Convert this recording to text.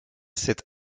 cette